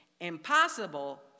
impossible